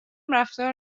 رفتار